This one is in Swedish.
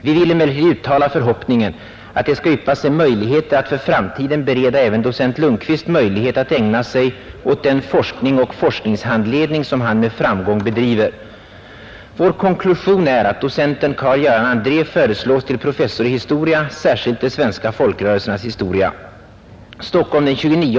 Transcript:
Vi vill emellertid uttala förhoppningen att det skall yppa sig möjligheter att för framtiden bereda även doc Lundkvist möjlighet att ägna sig åt den forskning och forskningshandledning, som han med framgång bedriver. Vår konklusion är, att docenten Carl Göran Andrae föreslås till professor i historia, särskilt de svenska folkrörelsernas historia.